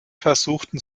versuchten